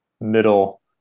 middle